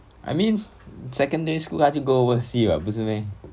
I mean secondary school 她就 go oversea what 不是 meh